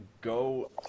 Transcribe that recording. go